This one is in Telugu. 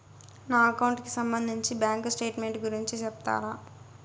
నా అకౌంట్ కి సంబంధించి బ్యాంకు స్టేట్మెంట్ గురించి సెప్తారా